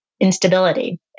instability